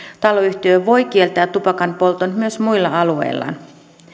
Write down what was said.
taloyhtiö voi kieltää tupakanpolton myös muilla alueillaan